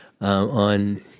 on